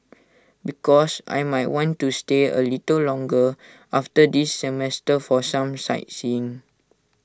because I might want to stay A little longer after this semester for some sightseeing